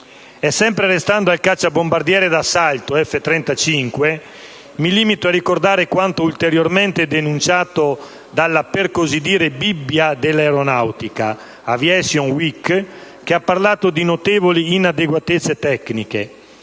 E sempre restando al cacciabombardiere d'assalto F-35, mi limito a ricordare quanto ulteriormente denunciato dalla cosiddetta Bibbia dell'Aeronautica, "Aviation Week", che ha parlato di notevoli inadeguatezze tecniche,